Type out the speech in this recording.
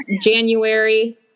January